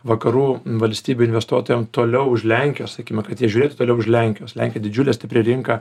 vakarų valstybių investuotojam toliau už lenkijos sakime kad jie žiūrėtų toliau už lenkijos lenkija didžiulė stipri rinka